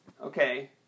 Okay